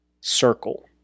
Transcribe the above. circle